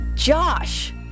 Josh